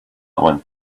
one